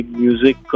music